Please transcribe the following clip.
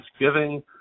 Thanksgiving